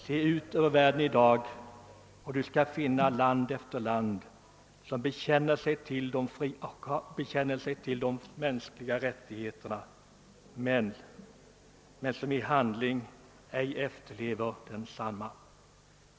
Se ut över världen i dag, och Du skall finna land efter land, som bekänner sig till förklaringen om de mänskliga rättigheterna men som i handling ej efterlever denna förklaring.